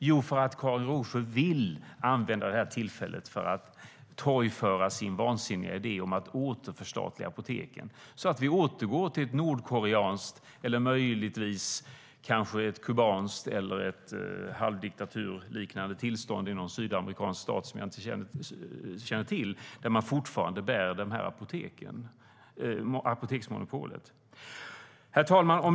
Jo, därför att Karin Rågsjö vill använda det här tillfället för att torgföra sin vansinniga idé om att återförstatliga apoteken, så att vi återgår till ett nordkoreanskt eller möjligtvis kubanskt eller halvdiktaturliknande tillstånd i någon sydamerikansk stat som jag inte känner till, där man fortfarande har apoteksmonopol. Herr talman!